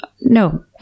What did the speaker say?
No